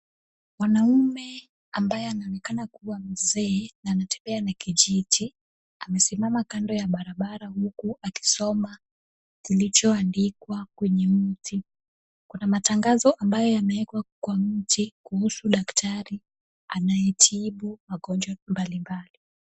Mwanamume ambaye anaonekana kuwa mzee anatembea na kijiti amesimama kando ya barabara huku akisoma kilicho andikwa. Kwenye mti, matangazo ambayo yamewekwa kwa mti kuhusu daktari , anayetibu magonjwa mbali mbali.